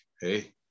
hey